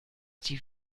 die